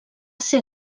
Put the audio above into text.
ser